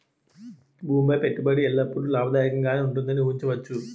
భూమి పై పెట్టుబడి ఎల్లప్పుడూ లాభదాయకంగానే ఉంటుందని ఊహించవచ్చు